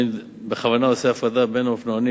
אני בכוונה עושה הפרדה בין האופנוענים